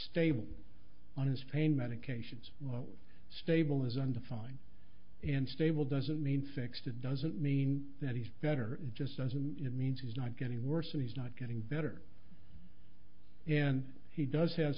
stable on his pain medications which stable is undefined and stable doesn't mean fixed it doesn't mean that he's better just doesn't it means he's not getting worse and he's not getting better and he does have